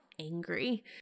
angry